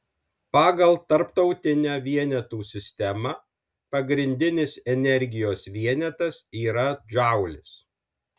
pagal tarptautinę vienetų sistemą pagrindinis energijos vienetas yra džaulis